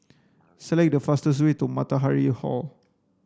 select the fastest way to Matahari Hall